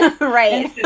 right